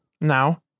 now